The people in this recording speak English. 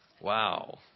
Wow